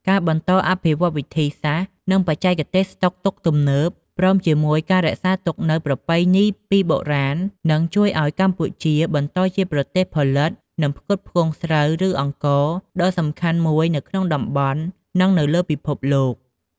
ការបន្តអភិវឌ្ឍវិធីសាស្ត្រ និងបច្ចេកទេសស្តុកទុកទំនើប ព្រមជាមួយការរក្សាទុកនូវប្រពៃណីពីបុរាណ នឹងជួយឲ្យកម្ពុជាបន្តជាប្រទេសផលិត និងផ្គត់ផ្គង់ស្រូវ ឬអង្ករដ៏សំខាន់មួយនៅក្នុងតំបន់ និងនៅលើពិភពលោក។